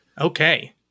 Okay